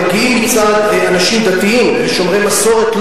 מגיעים מצד אנשים דתיים ושומרי מסורת,